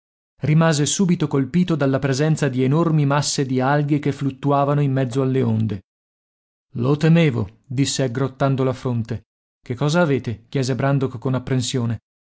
rimase subito colpito dalla presenza di enormi masse di alghe che fluttuavano in mezzo alle onde lo temevo disse aggrottando la fronte che cosa avete chiese brandok con apprensione